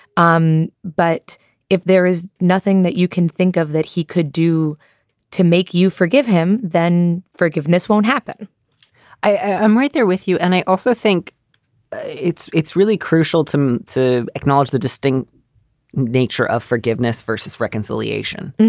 um but if there is nothing that you can think of that he could do to make you forgive him, then forgiveness won't happen i'm right there with you. and i also think it's it's really crucial to me to acknowledge the distinct nature of forgiveness versus reconciliation.